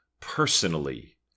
personally